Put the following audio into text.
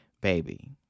Baby